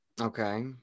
Okay